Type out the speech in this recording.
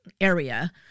area